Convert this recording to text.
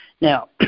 Now